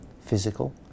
physical